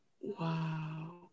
Wow